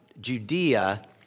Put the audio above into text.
Judea